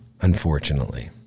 unfortunately